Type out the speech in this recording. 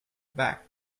back